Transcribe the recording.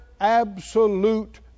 absolute